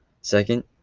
Second